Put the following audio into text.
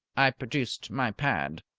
i produced my pad.